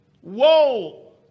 whoa